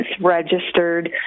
registered